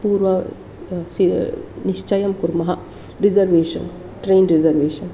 पूर्वं निश्चयं कुर्मः रिज़र्वेषन् ट्रेन् रिज़र्वेषन्